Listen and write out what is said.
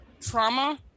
Trauma